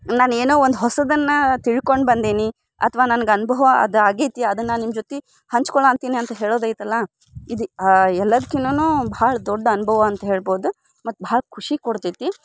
ನಾನು ಏನೋ ಒಂದು ಹೊಸದನ್ನು ತಿಳ್ಕೊಂಡು ಬಂದೀನಿ ಅಥ್ವಾ ನನ್ಗೆ ಅನುಭವ ಅದು ಆಗೇತಿ ಅದನ್ನು ನಿಮ್ಮ ಜೊತೆ ಹಂಚ್ಕೊಳ್ಳೊ ಅಂತೀನಿ ಅಂತ ಹೇಳೋದು ಐತಲ್ಲ ಇದು ಎಲ್ಲದ್ಕಿಂತಲೂ ಭಾಳ ದೊಡ್ಡ ಅನುಭವ ಅಂತ ಹೇಳ್ಬೋದು ಮತ್ತು ಭಾಳ ಖುಷಿ ಕೊಡ್ತೈತಿ